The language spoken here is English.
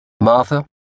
Martha